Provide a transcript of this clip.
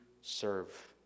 serve